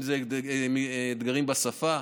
אם זה אתגרים בשפה,